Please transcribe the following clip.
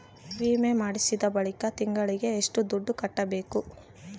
ವಿಮೆ ಮಾಡಿಸಿದ ಬಳಿಕ ತಿಂಗಳಿಗೆ ಎಷ್ಟು ದುಡ್ಡು ಕಟ್ಟಬೇಕು?